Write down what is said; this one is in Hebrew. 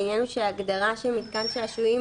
העניין הוא שההגדרה של מתקן שעשועים,